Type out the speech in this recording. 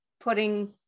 putting